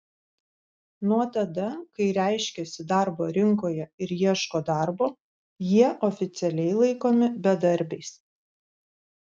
nuo tada kai reiškiasi darbo rinkoje ir ieško darbo jie oficialiai laikomi bedarbiais